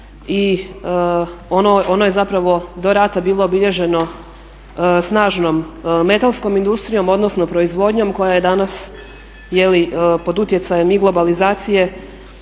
I ono je zapravo do rata bilo obilježeno snažnom metalskom industrijom odnosno proizvodnjom koja je danas pod utjecajem i globalizacije